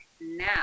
now